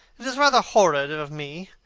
it is rather horrid of me,